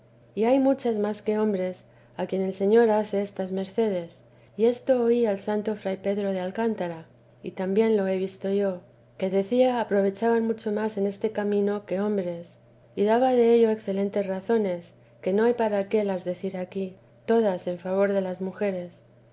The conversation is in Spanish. y hay muchas más que hombres a quien el señor hace estas mercedes y esto oí al santo fray pedro de alcántara y también lo he visto yo que decía aprovechaban mucho más en este camino que hombres y daba dello excelentes razones que no hay para qué las decir aquí todas en favor de las mujeres